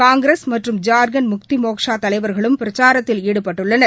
காங்கிரஸ் மற்றும் ஜார்க்கண்ட் முக்தி மோர்ச்சா தலைவர்களும் பிரச்சாரத்தில் ஈடுபட்டுள்ளனர்